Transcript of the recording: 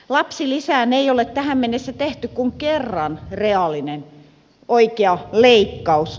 lapsilisään ei ole tähän mennessä tehty kuin kerran reaalinen oikea leikkaus